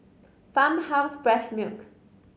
Farmhouse Fresh Milk